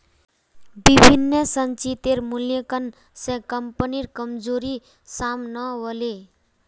विभिन्न संचितेर मूल्यांकन स कम्पनीर कमजोरी साम न व ले